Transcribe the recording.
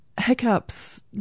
Hiccups